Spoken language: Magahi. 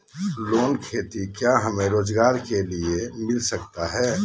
लोन खेती क्या हमें रोजगार के लिए मिलता सकता है?